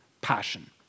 passion